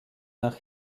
nach